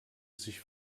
sich